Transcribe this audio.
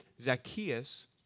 Zacchaeus